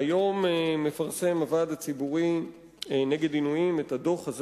היום מפרסם הוועד הציבורי נגד עינויים את הדוח הזה,